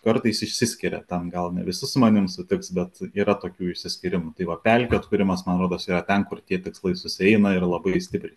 kartais išsiskiria ten gal ne visi su manim sutiks bet yra tokių išsiskyrimų tai va pelkių atkūrimas man rodos yra ten kur tie tikslai susieina ir labai stipriai